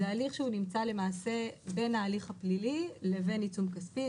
זה הליך שהוא נמצא למעשה בין ההליך הפלילי לבין עיצום כספי.